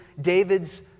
David's